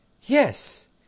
Yes